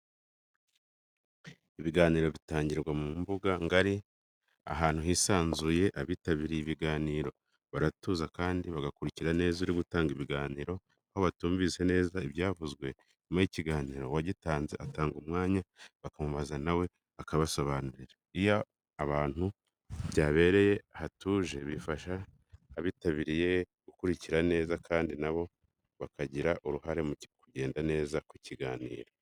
Ibiganiro bitangirwa mu mbuga ngari, ahantu hisanzuye, abitabiriye ibiganiro baratuza kandi bagakurikira neza uri gutanga ibiganiro, aho batumvise neza ibyavuzwe nyuma y'ikiganiro, uwagitanze atanga umwanya bakamubaza na we akabasobanurira. Iyo ahantu byabereye hatuje bifasha abitabiriye gukurikira neza kandi na bo bakagira uruhare mu kugenda neza kw'ibiganiro.